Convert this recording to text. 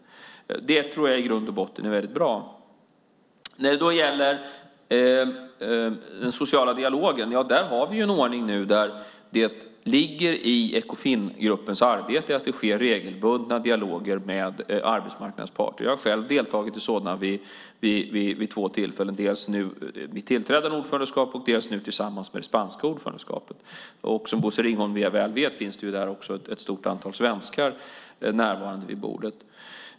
Detta tror jag i grund och botten är väldigt bra. När det gäller den sociala dialogen har vi nu en ordning där det ligger i Ekofingruppens arbete att det sker regelbundna dialoger med arbetsmarknadens parter. Jag har själv deltagit i sådana vid två tillfällen - dels vid tillträdande av ordförandeskapet, dels nu tillsammans med det spanska ordförandeskapet. Som Bosse Ringholm väl vet finns där också ett stort antal svenskar närvarande vid bordet.